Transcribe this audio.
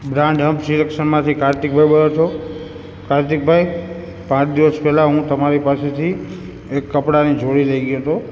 brand hub સુરક્ષામાંથી કાર્તિકભઇ બોલો છો કાર્તિકભાઈ પાંચ દિવસ પહેલા હું તમારી પાસેથી એક કપડાંની જોડી લઈ ગયો હતો